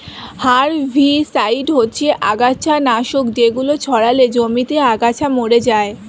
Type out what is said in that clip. herbicide হচ্ছে আগাছানাশক যেগুলো ছড়ালে জমিতে আগাছা মরে যায়